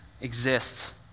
exists